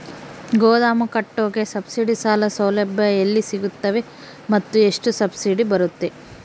ಗೋದಾಮು ಕಟ್ಟೋಕೆ ಸಬ್ಸಿಡಿ ಸಾಲ ಸೌಲಭ್ಯ ಎಲ್ಲಿ ಸಿಗುತ್ತವೆ ಮತ್ತು ಎಷ್ಟು ಸಬ್ಸಿಡಿ ಬರುತ್ತೆ?